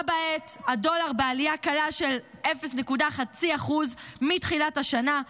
בה בעת הדולר בעלייה קלה של 0.5% מתחילת השנה,